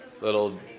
little